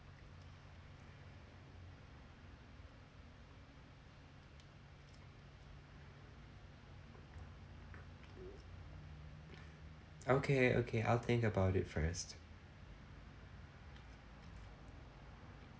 okay okay I'll think about it first